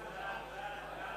ההצעה להעביר